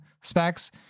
specs